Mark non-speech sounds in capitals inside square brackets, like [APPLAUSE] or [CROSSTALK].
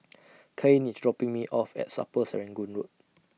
[NOISE] Cain IS dropping Me off At [UNINTELLIGIBLE] Road